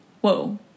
Whoa